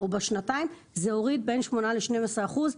זה הוריד בין 8 ל-12 אחוזים.